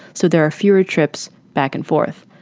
so there are fewer trips back and forth.